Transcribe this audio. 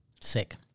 Sick